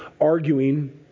arguing